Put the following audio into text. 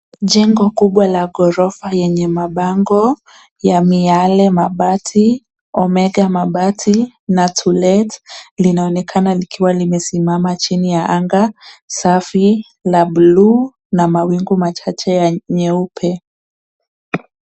Jengo kubwa la ghorofa yenye mabango ya miale, mabati, Omega Mabati na to let linaonekana likiwa limesimama chini ya anga safi la bluu na mawingu machache nyeupe.